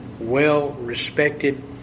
well-respected